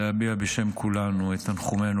להביע בשם כולנו את תנחומינו